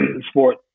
sport